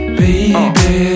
baby